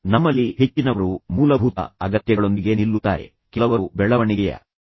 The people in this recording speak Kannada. ನಮ್ಮಲ್ಲಿ ಹೆಚ್ಚಿನವರು ಮೂಲಭೂತ ಅಗತ್ಯಗಳೊಂದಿಗೆ ನಿಲ್ಲುತ್ತಾರೆ ಆದರೆ ನಂತರ ನಮ್ಮಲ್ಲಿ ಕೆಲವರು ಬೆಳವಣಿಗೆಯ ಅಗತ್ಯವನ್ನು ತಲುಪುತ್ತಾರೆ